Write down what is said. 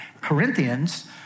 Corinthians